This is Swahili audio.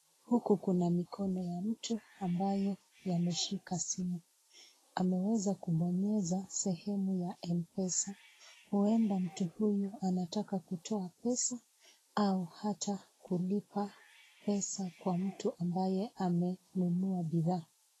Huku kuna mikono ya mtu ambayo yameshika simu. Ameweza kubonyeza sehemu ya Mpesa. Huenda mtu huyu anataka kutoa pesa au hata kulipa pesa kwa mtu ambaye amenunua bidhaa.